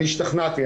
ואני השתכנעתי,